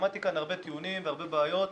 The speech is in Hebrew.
שמעתי כאן הרבה טיעונים, הרבה בעיות,